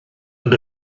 ond